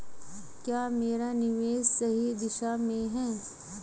क्या मेरा निवेश सही दिशा में है?